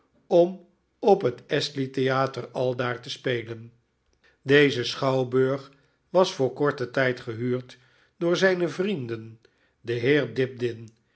om op het astley theater aldaar te spelen deze schouwburg was voor korten tijdgehuui'd door zijne vrienden de heeren